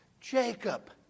Jacob